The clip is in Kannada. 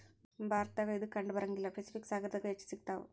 ಭಾರತದಾಗ ಇದು ಕಂಡಬರಂಗಿಲ್ಲಾ ಪೆಸಿಫಿಕ್ ಸಾಗರದಾಗ ಹೆಚ್ಚ ಸಿಗತಾವ